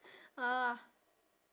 ugh